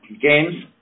games